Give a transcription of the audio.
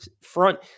front